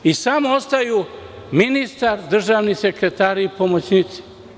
Ostaju samo ministar, državni sekretari i pomoćnici.